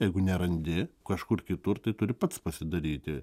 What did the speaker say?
jeigu nerandi kažkur kitur tai turi pats pasidaryti